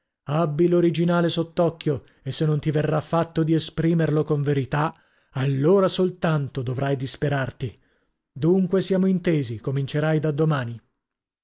abbi l'originale sott'occhio e se non ti verrà fatto di esprimerlo con verità allora soltanto dovrai disperarti dunque siamo intesi comincierai da domani